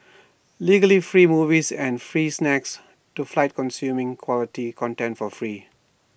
legally free movies and free snacks to fight consuming quality content for free